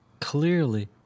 clearly